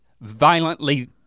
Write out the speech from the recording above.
violently